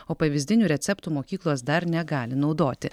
o pavyzdinių receptų mokyklos dar negali naudoti